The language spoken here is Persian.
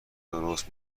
درست